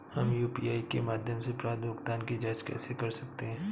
हम यू.पी.आई के माध्यम से प्राप्त भुगतान की जॉंच कैसे कर सकते हैं?